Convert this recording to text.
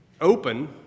Open